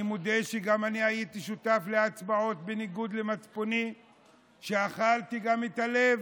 אני מודה שגם אני הייתי שותף להצבעות בניגוד למצפוני וגם אכלתי את הלב.